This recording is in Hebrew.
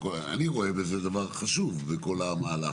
אני רואה בזה דבר חשוב, בכל המהלך,